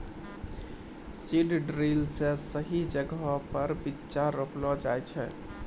seed drill से सही जगहो पर बीच्चा रोपलो जाय छै